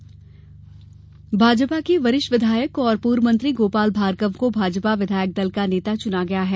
नेता प्रतिपक्ष भाजपा के वरिष्ठ विधायक और पूर्व मंत्री गोपाल भार्गव को भाजपा विधायक दल का नेता चुना गया है